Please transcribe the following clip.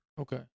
Okay